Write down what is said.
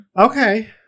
Okay